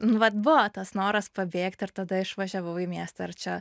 nu vat buvo tas noras pabėgt ir tada išvažiavau į miestą ar čia